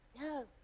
No